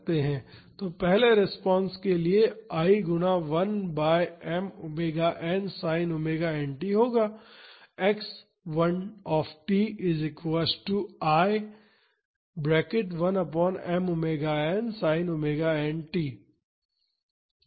तो पहले रिस्पांस के लिए I गुना 1 by m omega n sin omega n t होगा